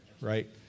right